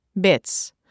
BITS